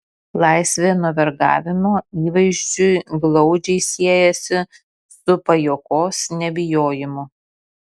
laisvė nuo vergavimo įvaizdžiui glaudžiai siejasi su pajuokos nebijojimu